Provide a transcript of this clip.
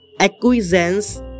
acquiescence